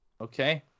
Okay